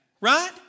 right